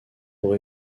pour